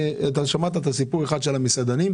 שמעת את הסיפור של המסעדנים,